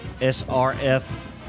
SRF